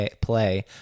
play